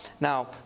Now